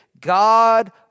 God